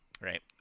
Right